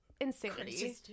insanity